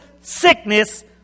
sickness